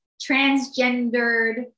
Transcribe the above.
transgendered